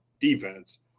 defense